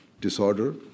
disorder